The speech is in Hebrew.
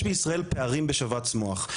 יש בישראל פערים בשבץ מוח,